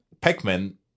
Pac-Man